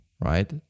right